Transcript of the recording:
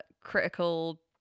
critical